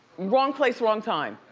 wrong place, wrong time.